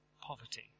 poverty